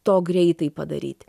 to greitai padaryti